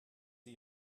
sie